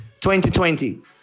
2020